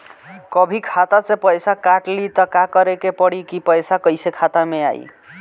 कभी खाता से पैसा काट लि त का करे के पड़ी कि पैसा कईसे खाता मे आई?